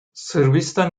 sırbistan